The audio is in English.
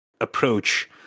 approach